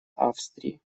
австрии